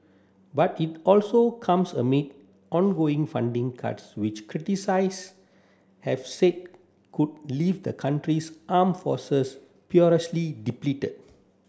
but it also comes amid ongoing funding cuts which criticise have said could leave the country's arm forces perilously depleted